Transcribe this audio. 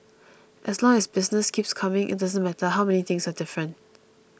as long as business keeps coming it doesn't matter how many things are different